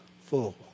full